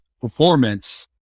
performance